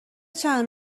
چند